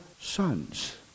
sons